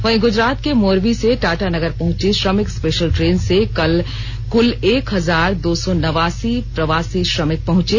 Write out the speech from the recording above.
वहीं ग्जरात के मोरवी से टाटानगर पहुंची श्रमिक स्पेशल ट्रेन से कल कुल एक हजार दो सौ नवासी प्रवासी श्रमिक पहुंचे